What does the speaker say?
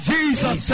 Jesus